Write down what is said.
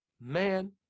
man